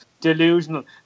delusional